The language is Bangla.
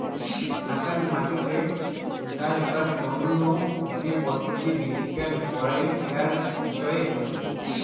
হাকান মাটিতে চাষবাসের তন্ন যে পদার্থ বিজ্ঞান পড়াইয়ার বিষয় থাকি